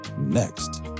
next